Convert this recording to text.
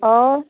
और